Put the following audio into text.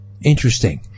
Interesting